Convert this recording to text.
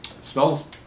smells